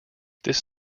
this